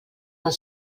del